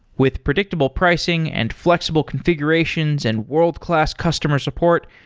with predictable pricing and flexible configurations and world-class customer support,